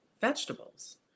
vegetables